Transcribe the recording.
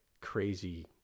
crazy